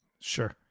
Sure